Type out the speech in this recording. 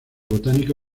botánico